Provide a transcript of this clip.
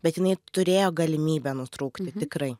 bet jinai turėjo galimybę nutrūkti tikrai